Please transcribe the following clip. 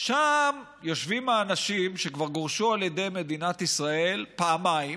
שם יושבים אנשים שכבר גורשו על ידי מדינת ישראל פעמיים,